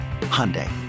Hyundai